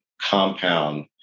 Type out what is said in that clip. compound